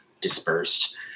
dispersed